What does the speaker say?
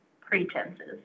pretenses